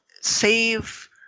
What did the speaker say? save